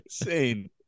insane